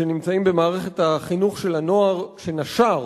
שנמצאים במערכת החינוך של הנוער שנשר,